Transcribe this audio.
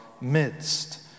midst